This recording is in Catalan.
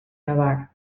avar